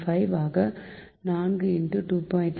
5 ஆக 4 2